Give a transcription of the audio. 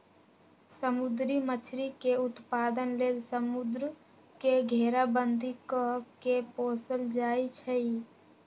समुद्री मछरी के उत्पादन लेल समुंद्र के घेराबंदी कऽ के पोशल जाइ छइ